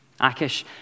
Akish